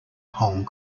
hong